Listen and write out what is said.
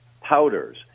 powders